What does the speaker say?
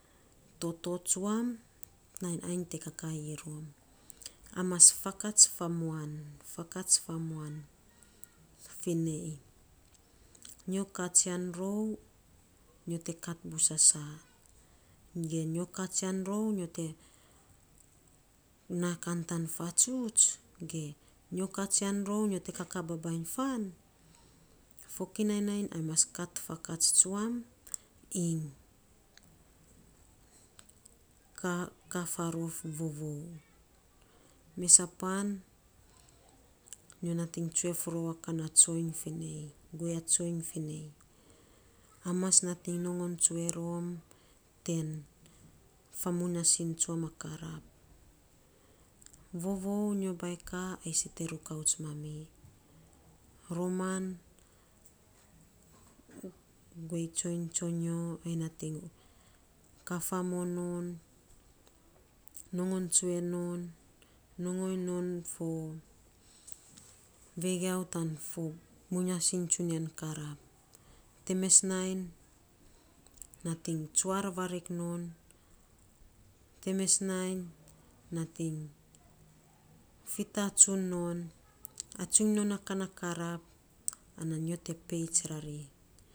Toto tsuam nainy anyi te kakaii rom nyi mas fakats faamuan fakats famuan fi nei, nyo kaatsian rou nyo te kat bus asa, ge nyo kaatsianrou nyo te kaakaa baabainy fan? Fokinai nainy nyi mas kat fakats tsumam iny kaa kakaa faarof vovou. Mesapan nyo nating tsue of rou a kan na tsoiny guei a tsoiny finei anyi mas nongon tsue rom ten famuing asing tsuam a karap, vovou nyo bainy kaa, ai sei te rukauts mami ee. Romam guei tsoiny tsonyo a natiny kaa faamo non, nongon tsue non, nongoing non fo vegiau tan fo muinyasing tsunian karap. Tee mes nainy natiny tsuar vaarik non, tee mes nainy natiny fitaatsun non atsuiny non a kaa na karap an nyo te peits rari.